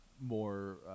more